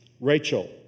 Rachel